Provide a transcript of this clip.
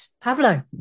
pavlo